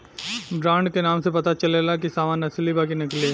brand के नाम से पता चलेला की सामान असली बा कि नकली